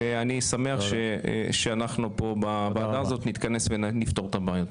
אני שמח שאנחנו פה בוועדה הזאת נתכנס ונפתור את הבעיות,